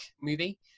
movie